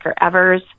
Evers